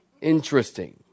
Interesting